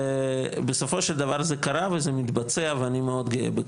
ובסופו של דבר זה קרה, ואני גאה בכך.